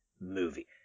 movie